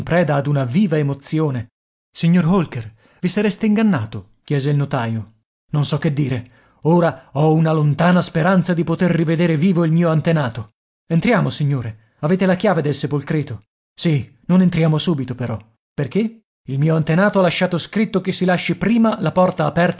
ad una viva emozione signor holker vi sareste ingannato chiese il notaio non so che dire ora ho una lontana speranza di poter rivedere vivo il mio antenato entriamo signore avete la chiave del sepolcreto sì non entriamo subito però perché il mio antenato ha lasciato scritto che si lasci prima la porta